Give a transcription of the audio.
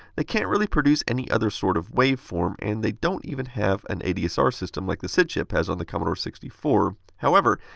they can't really produce any other sort of waveform, and they don't even have an adsr system like the sid chip has in um the commodore sixty four. however,